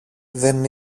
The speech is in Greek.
δεν